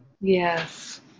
Yes